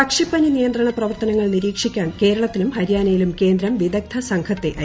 പക്ഷിപ്പനി നിയന്ത്രണ പ്രവർത്തനങ്ങൾ നിരീക്ഷിക്കാൻ കേരളത്തിലും ഹരിയാനയിലും കേന്ദ്രം വിദഗ്ദ സംഘത്തെ അയയ്ക്കും